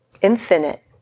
infinite